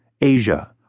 Asia